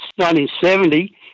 1970